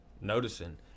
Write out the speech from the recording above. noticing